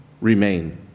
remain